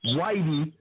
Whitey